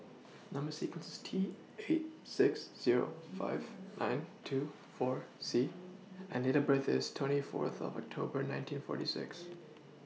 Number sequence IS T eight six Zero five nine two four C and Date of birth IS twenty forth of October nineteen forty six